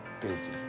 busy